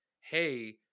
hey